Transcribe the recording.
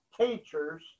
teachers